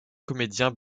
comédiens